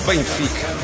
Benfica